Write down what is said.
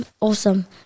awesome